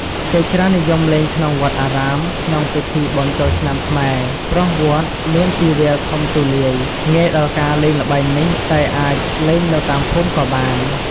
គេច្រើននិយមលេងក្នុងវត្ដអារាម ក្នុងពិធីបុណ្យចូលឆ្នាំខ្មែរ ព្រោះវត្ដមានទីវាលធំទូលាយ ងាយដល់ការលេងល្បែងនេះ តែអាច លេងនៅតាមភូមិក៏បាន។